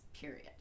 period